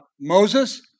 Moses